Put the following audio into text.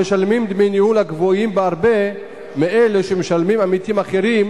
המשלמים דמי ניהול הגבוהים בהרבה מאלה שמשלמים עמיתים אחרים,